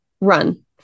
Run